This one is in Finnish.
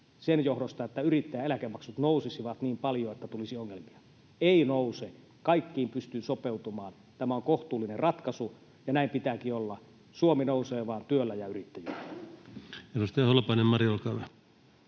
sen johdosta, että yrittäjän eläkemaksut nousisivat niin paljon, että tulisi ongelmia. Ei nouse, kaikkiin pystyy sopeutumaan. Tämä on kohtuullinen ratkaisu, ja näin pitääkin olla. Suomi nousee vain työllä ja yrittäjyydellä. [Speech 323] Speaker: